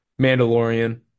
Mandalorian